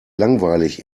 langweilig